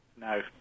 No